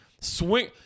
Swing